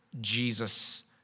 Jesus